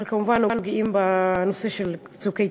וכמובן, נוגעים בנושא "צוק איתן".